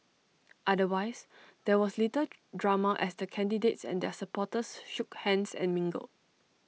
otherwise there was little drama as the candidates and their supporters shook hands and mingled